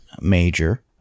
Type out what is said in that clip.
major